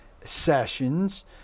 sessions